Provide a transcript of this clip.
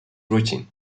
routine